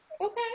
Okay